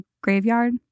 graveyard